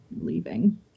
leaving